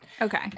Okay